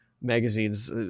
magazines